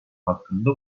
hakkında